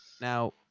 Now